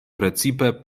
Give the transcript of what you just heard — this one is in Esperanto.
precipe